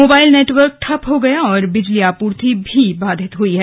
mobile network ठप हो गया और बिजली आपूर्ति भी बाधित हुई है